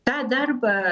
tą darbą